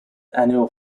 annual